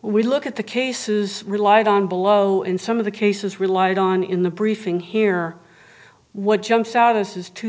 we look at the cases relied on below in some of the cases relied on in the briefing here what jumps out this is two